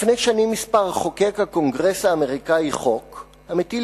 לפני שנים מספר חוקק הקונגרס האמריקני חוק המטיל